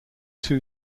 two